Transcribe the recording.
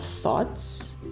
thoughts